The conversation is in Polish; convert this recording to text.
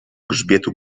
grzbietu